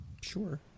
Sure